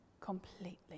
completely